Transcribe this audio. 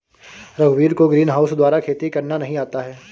रघुवीर को ग्रीनहाउस द्वारा खेती करना नहीं आता है